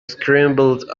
scrambled